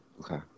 Okay